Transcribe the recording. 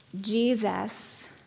Jesus